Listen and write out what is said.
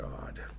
God